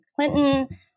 Clinton